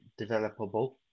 developable